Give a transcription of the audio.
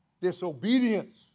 disobedience